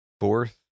fourth